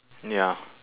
ya